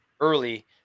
early